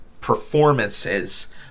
performances